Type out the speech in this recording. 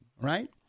right